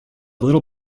little